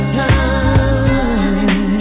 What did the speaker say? time